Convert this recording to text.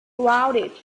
rounded